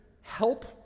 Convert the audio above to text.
help